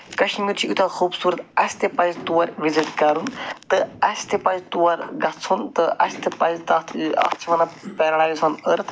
کَشمیٖر چھُ یوٗتاہ خوٗبصوٗرت اَسہِ تہِ پَزِ تور وِزِٹ کَرُن تہٕ اَسہِ تہِ پَزِ تور گژھُن تہٕ اَسہِ تہِ پَزِ تَتھ اَتھ چھِ وَنان پیراڈایِز آن أرٕتھ